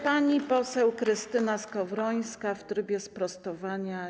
Pani poseł Krystyna Skowrońska w trybie sprostowania.